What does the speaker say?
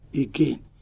again